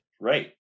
Right